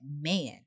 man